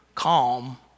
calm